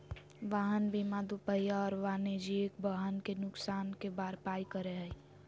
वाहन बीमा दूपहिया और वाणिज्यिक वाहन के नुकसान के भरपाई करै हइ